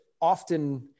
often